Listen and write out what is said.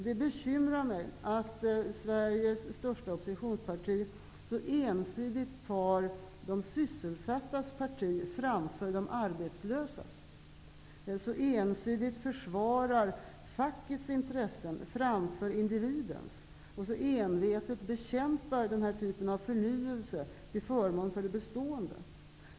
Det bekymrar mig att Sveriges största oppositionsparti så ensidigt tar de sysselsattas parti framför de arbetslösas, så ensidigt försvarar fackets intressen framför individens och så envetet bekämpar den här typen av förnyelse till fömån för det bestående.